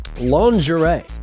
lingerie